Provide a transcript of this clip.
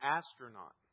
astronaut